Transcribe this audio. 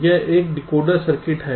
यह एक decoder circuit है